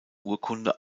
urkunde